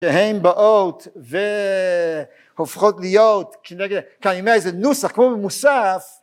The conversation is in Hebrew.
שהן באות והופכות להיות כנראה איזה נוסח כמו במוסף